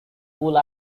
bull